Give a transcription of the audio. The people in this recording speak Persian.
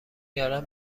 کردن